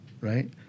right